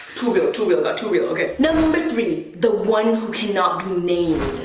too real, too real, it got too real, okay. number three, the one who cannot be named.